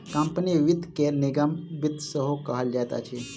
company वित्त के निगम वित्त सेहो कहल जाइत अछि